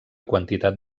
quantitat